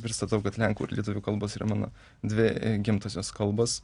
pristatau kad lenkų ir lietuvių kalbos yra mano dvi gimtosios kalbos